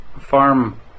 farm